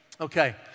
Okay